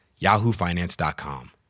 yahoofinance.com